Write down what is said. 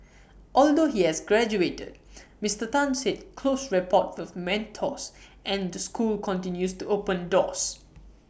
although he has graduated Mister Tan said close rapport with mentors and the school continues to open doors